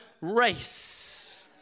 race